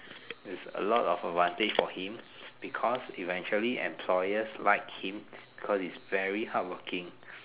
is a lot of advantage for him because eventually employers like him cause he's very hardworking